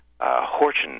Horton